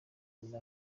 muri